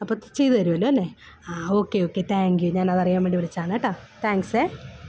അപ്പോൾ ചെയ്തു തരുമല്ലോ അല്ലെ ആ ഓക്കേ ഓക്കേ താങ്ക് യു ഞാൻ അത് അറിയാൻവേണ്ടി വിളിച്ചതാണ് കേട്ടാ താങ്ക്സ് ഏഹ്